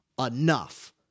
enough